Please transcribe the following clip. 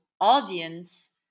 audience